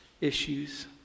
issues